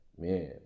Man